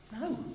No